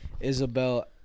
Isabel